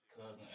cousin